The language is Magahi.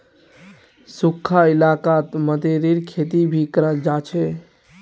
सुखखा इलाकात मतीरीर खेती भी कराल जा छे